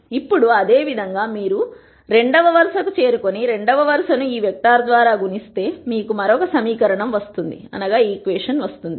ఇప్పుడు అదేవిధంగా మీరు రెండవ వరుస కు చేరుకొని రెండవ వరు సను ఈ వెక్టర్ ద్వారా గుణి స్తే మీకు మరొక సమీకరణం లభిస్తుంది